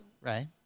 right